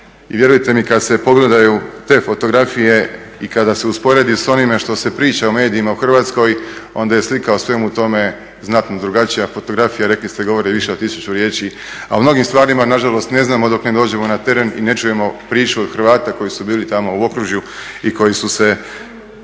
i vjerujte mi kad se pogledaju te fotografije i kada se usporedi s onime što se priča u medijima u Hrvatskoj, onda je slika o svemu tome znatno drugačija. Fotografija, rekli ste, govori više od 1000 riječi, a o mnogim stvarima nažalost ne znamo dok ne dođemo na teren i ne čujemo priču od Hrvata koji su bili tamo u okružju i koji su se